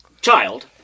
child